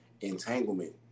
entanglement